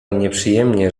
nieprzyjemnie